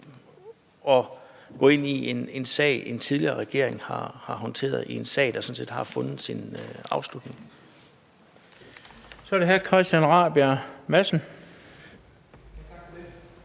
gå ind i en sag, som en tidligere regering har håndteret, en sag, der sådan set har fundet sin afslutning. Kl. 13:42 Den fg. formand